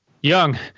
young